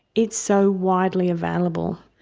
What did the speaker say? it's so widely available.